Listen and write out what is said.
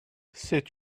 c’est